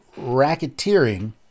racketeering